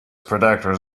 protectors